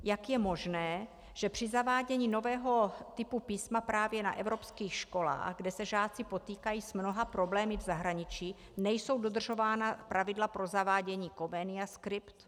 Jak je možné, že při zavádění nového typu písma právě na evropských školách, kde se žáci potýkají s mnoha problémy v zahraničí, nejsou dodržována pravidla pro zavádění Comenia Script?